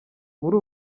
muri